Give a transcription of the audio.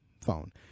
phone